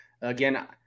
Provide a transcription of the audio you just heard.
Again